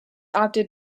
opted